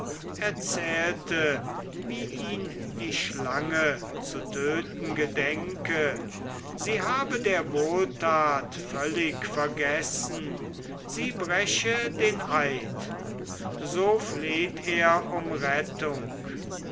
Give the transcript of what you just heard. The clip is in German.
erzählte wie ihn die schlange zu töten gedenke sie habe der wohltat völlig vergessen sie breche den eid so fleht er um rettung